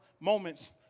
moments